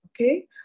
okay